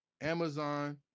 Amazon